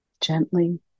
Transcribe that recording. gently